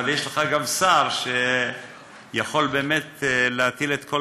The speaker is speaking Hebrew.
אבל יש לך גם שר שיכול להטיל את כל